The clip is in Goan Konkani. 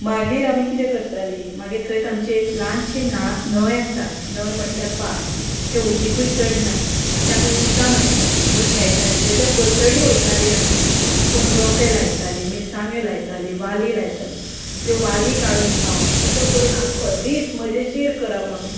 मागीर आमी कितें करताली मागीर थंयच आमची एक ल्हानशी न्हंय आसा न्हंय म्हटल्यार पार तें उदीकूय चड ना तें आमी उदकान वतालीं थंय खेळटालीं ताच्या पलतडी वतालीं आमी कोण रोंपे लायतांली मिरसांग्यो लायतालीं वाली लायतांल्यो त्यो वाली काडून खावप असो करून आख्खो दीस मजेशीर करप आमी